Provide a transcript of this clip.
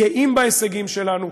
גאים בהישגים שלנו,